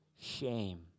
shame